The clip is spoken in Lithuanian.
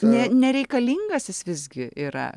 ne nereikalingas jis visgi yra